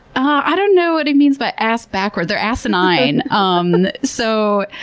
i don't know what he means by ass backward. they're asinine. um so